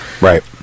Right